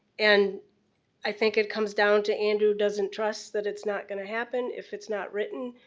and i think it comes down to andrew doesn't trust that it's not gonna happen if it's not written,